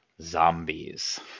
zombies